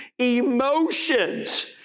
emotions